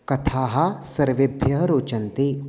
कथाः सर्वेभ्यः रोचन्ते